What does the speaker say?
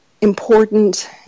important